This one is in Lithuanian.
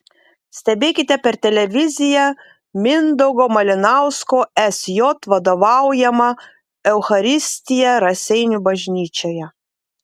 stebėkite per televiziją mindaugo malinausko sj vadovaujamą eucharistiją raseinių bažnyčioje